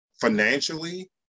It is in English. financially